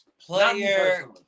player